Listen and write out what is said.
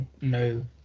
No